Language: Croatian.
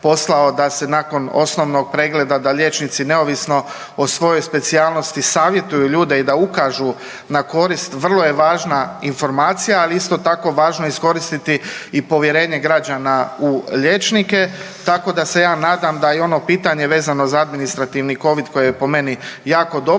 da se nakon osnovnog pregleda da liječnici neovisno o svojoj specijalnosti savjetuju ljude i da ukažu na korist vrlo je važna informacija, ali isto tako važno je iskoristiti i povjerenje građana u liječnike. Tako da se ja nadam da je i ono pitanje vezano za administrativni covid koje je po meni jako dobro. To